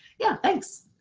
yeah, thanks!